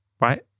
right